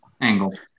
angle